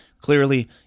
Clearly